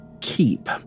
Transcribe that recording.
keep